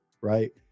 right